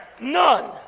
None